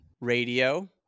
radio